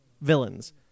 villains